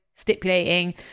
stipulating